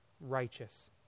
righteous